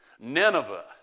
Nineveh